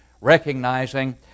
recognizing